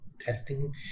testing